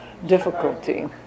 difficulty